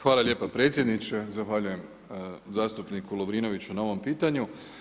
Hvala lijepa predsjedniče, zahvaljujem zastupniku Lovrinoviću na ovom pitanju.